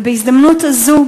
ובהזדמנות הזאת,